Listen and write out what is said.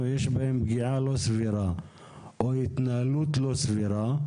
יש בהם פגיעה לא סבירה או התנהלות לא סבירה,